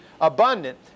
abundant